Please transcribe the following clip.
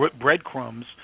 breadcrumbs